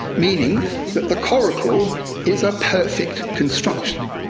meaning that the coracle is a perfect construction.